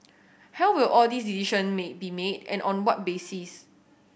held will all these decision may be made and on what basis